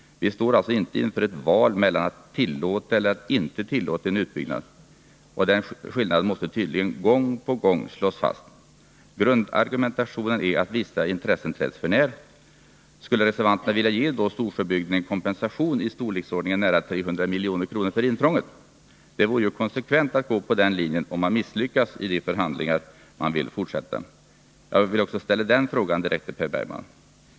Vi står inte inför ett val mellan att tillåta eller inte tillåta en utbyggnad. Den skillnaden måste tydligen gång på gång slås fast. Grundargumentationen är att vissa intressen träds för nära. Skulle reservanterna vilja ge Storsjöbygden en kompensation i storleksordningen nära 300 milj.kr. för intrånget? Det vore konsekvent att gå på den linjen om man misslyckas i de förhandlingar man vill fortsätta. Jag vill också ställa den frågan direkt till Per Bergman.